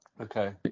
okay